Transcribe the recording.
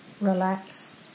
relax